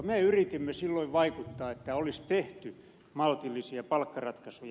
me yritimme silloin vaikuttaa että olisi tehty maltillisia palkkaratkaisuja